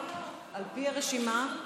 על פי הרשימה,